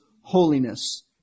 holiness